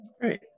Great